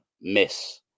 miss